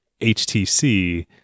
htc